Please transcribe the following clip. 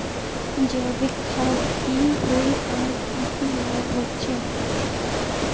जैविक खाद की होय आर की की लाभ होचे?